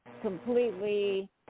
completely